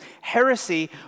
heresy